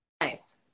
Nice